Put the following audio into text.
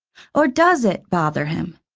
or does it bother him?